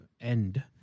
end